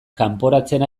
kanporatzen